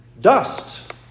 Dust